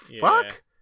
fuck